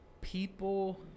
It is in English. people